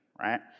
right